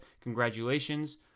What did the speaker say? congratulations